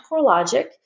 CoreLogic